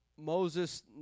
Moses